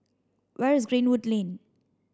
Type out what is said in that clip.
where is Greenwood Lane